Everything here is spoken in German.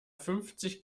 fünfzig